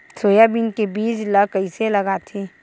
Soybean के बीज ल कइसे लगाथे?